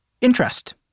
interest